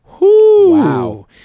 Wow